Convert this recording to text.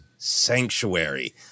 sanctuary